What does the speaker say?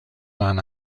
man